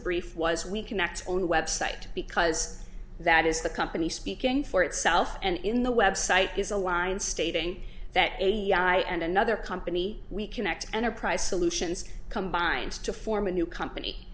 brief was we connect on website because that is the company speaking for itself and in the website is a line stating that a p i and another company we connect enterprise solutions combined to form a new company